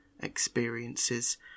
Experiences